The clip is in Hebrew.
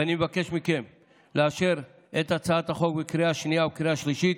ואני מבקש מכם לאשר את הצעת החוק בקריאה שנייה ובקריאה שלישית.